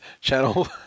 Channel